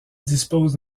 dispose